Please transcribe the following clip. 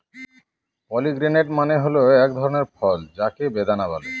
pomegranate মানে হল এক ধরনের ফল যাকে বেদানা বলে